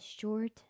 short